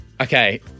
Okay